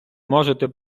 можете